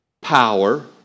power